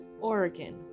oregon